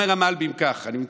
אומר המלבי"ם כך, אני מצטט: